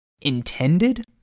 intended